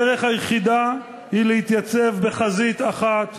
הדרך היחידה היא להתייצב בחזית אחת